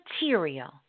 material